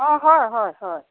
অ হয় হয় হয়